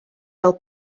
fel